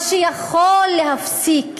מה שיכול להפסיק